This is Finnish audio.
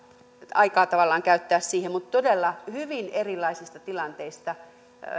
aikaa käyttää siihen mutta todella hyvin erilaisista tilanteista